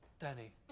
Danny